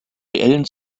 reellen